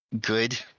good